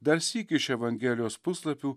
dar sykį iš evangelijos puslapių